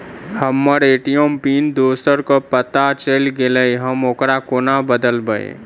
हम्मर ATM PIN दोसर केँ पत्ता चलि गेलै, हम ओकरा कोना बदलबै?